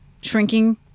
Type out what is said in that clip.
shrinking